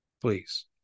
Please